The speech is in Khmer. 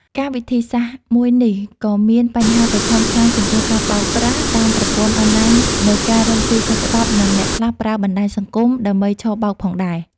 ការវិធីសាស្រ្តមួយនេះក៏មានបញ្ហាប្រឈមខ្លាំងចំពោះការបោកប្រាស់តាមប្រព័ន្ធអនឡាញនៅការរកសុីខុសច្បាប់និងអ្នកខ្លះប្រើបណ្តាញសង្គមដើម្បីឆបោកផងដែរ។